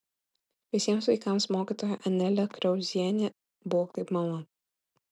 visiems vaikams mokytoja anelė kriauzienė buvo kaip mama